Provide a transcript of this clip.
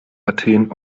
athen